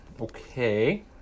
Okay